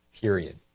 period